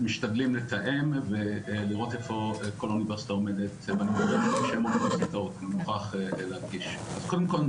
משתדלים לתאם ולראות איפה כל אוניברסיטה עומדת --- אז קודם כל,